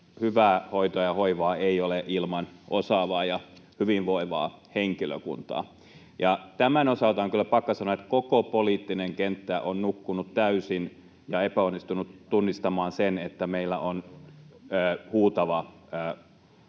hyvää hoitoa ja hoivaa ei ole ilman osaavaa ja hyvinvoivaa henkilökuntaa. Tämän osalta on kyllä pakko sanoa, että koko poliittinen kenttä on nukkunut täysin ja epäonnistunut tunnistamaan sen, että meillä on huutava työvoimapula